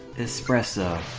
espresso